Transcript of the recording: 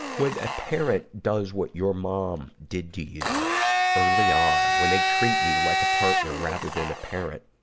when a parent does what your mom did to you early on, when they treat you like a partner rather than a parent,